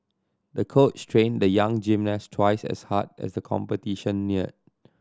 the coach trained the young gymnast twice as hard as the competition neared